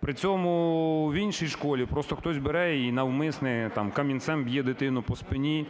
при цьому в іншій школі просто хтось бере і навмисне там камінцем б'є дитину по спині